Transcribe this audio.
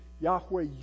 Yahweh